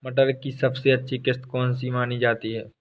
मटर की सबसे अच्छी किश्त कौन सी मानी जाती है?